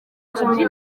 cumi